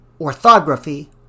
orthography